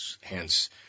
Hence